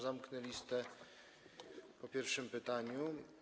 Zamknę listę po pierwszym pytaniu.